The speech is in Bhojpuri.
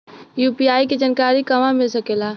यू.पी.आई के जानकारी कहवा मिल सकेले?